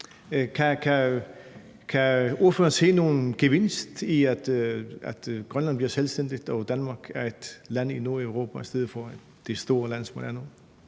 Kan ordføreren se nogen gevinst i, at Grønland bliver selvstændigt, og at Danmark er et land i Nordeuropa i stedet for det store land, som det er nu?